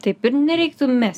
taip ir nereiktų mesti